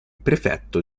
prefetto